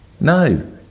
no